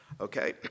okay